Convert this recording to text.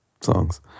songs